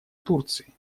турции